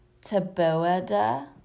Taboada